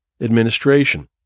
administration